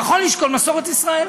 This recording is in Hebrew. מסורת ישראל.